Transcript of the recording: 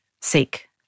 seek